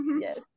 Yes